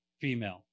female